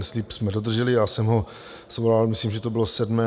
Slib jsme dodrželi, já jsem ho svolal, myslím, že to bylo 7. 2.